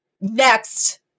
next